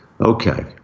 okay